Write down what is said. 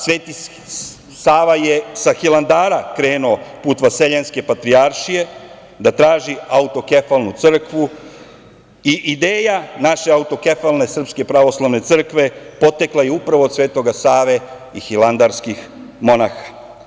Sveti Sava je sa Hilandara krenuo put Vaseljenske patrijaršije, da traži autokefalnu crkvu i ideja naše autokefalne Sprske pravoslavne crkve potekla je upravo od Svetoga Save i hilandarskih monaha.